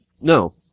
No